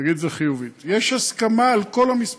נגיד את זה חיובית: יש הסכמה על כל המספרים.